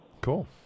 Cool